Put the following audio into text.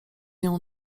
nią